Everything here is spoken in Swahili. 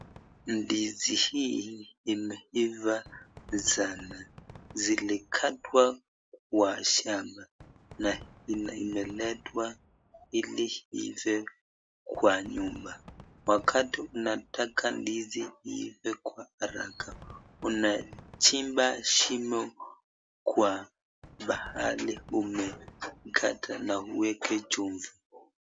Ndizi hii imeivaa sana zimekatwa kwa shamba na imeletwa ili iive kwa nyumba. Wakati unataka ndizi iive kwa haraka unachimba shimo kwa pahali umekata na uweke chumvi.